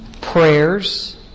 prayers